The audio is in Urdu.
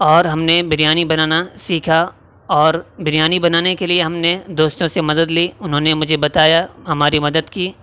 اور ہم نے بریانی بنانا سیکھا اور بریانی بنانے کے لیے ہم نے دوستوں سے مدد لی انہوں نے مجھے بتایا ہماری مدد کی